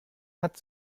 hat